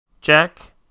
Jack